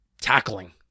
tackling